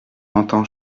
entend